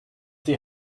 die